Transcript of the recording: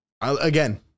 again